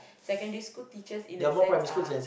secondary school teachers in a sense are